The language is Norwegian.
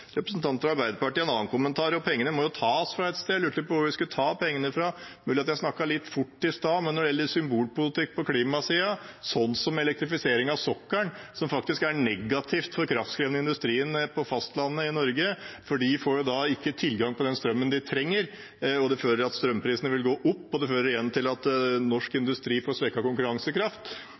representanten fra Arbeiderpartiet en annen kommentar – at pengene må jo tas et sted fra. Hun lurte på hvor vi skulle ta pengene fra. Det er mulig jeg snakket litt fort i stad, men en symbolpolitikk på klimasiden som elektrifisering av sokkelen er faktisk negativt for den kraftkrevende industrien på fastlandet i Norge, for de får jo da ikke tilgang på den strømmen de trenger. Det fører til at strømprisene vil gå opp, og det fører igjen til at norsk industri får svekket konkurransekraft.